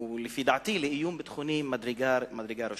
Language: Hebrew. ולפי דעתי לאיום ביטחוני ממדרגה ראשונה.